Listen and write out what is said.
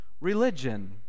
religion